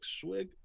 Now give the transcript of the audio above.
swig